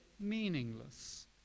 meaningless